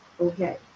okay